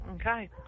Okay